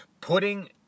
putting